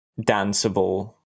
danceable